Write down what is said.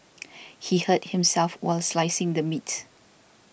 he hurt himself while slicing the meat